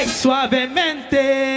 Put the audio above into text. suavemente